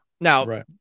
Now